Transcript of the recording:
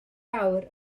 awr